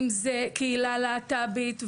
אם זה קהילה להט"בית,